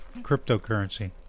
cryptocurrency